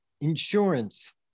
Insurance